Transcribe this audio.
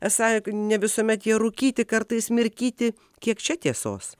esą ne visuomet jie rūkyti kartais mirkyti kiek čia tiesos